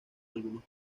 algunos